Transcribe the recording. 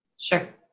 sure